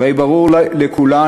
הרי ברור לכולנו,